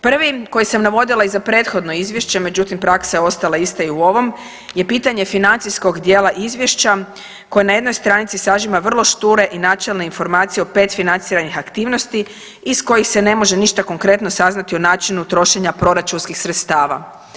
Prvi, koji sam navodila i za prethodno izvješće međutim, praksa je ostala ista i u ovom je pitanje financijskog dijela izvješća koje na jednoj stranici sažima vrlo šture i načelne informacije o 5 financiranih aktivnosti iz kojih se ne može ništa konkretno saznati o načinu trošenja proračunskih sredstava.